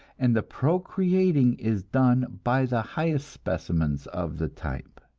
and the procreating is done by the highest specimens of the type.